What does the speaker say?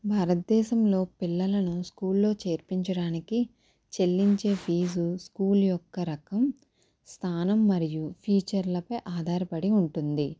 భారతదేశంలో పిల్లలను స్కూల్లో చేర్పించడానికి చెల్లించే ఫీజు స్కూల్ యొక్క రకం స్థానం మరియు ఫీచర్లపై ఆధారపడి ఉంటుంది